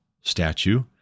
statue